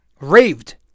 raved